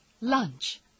Lunch